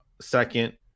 second